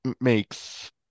makes